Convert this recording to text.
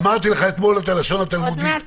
אמרתי לך אתמול את הלשון התלמודית,